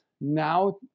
Now